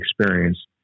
experience